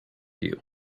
you